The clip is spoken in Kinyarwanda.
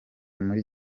muri